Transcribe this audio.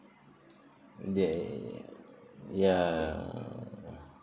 they ya